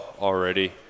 already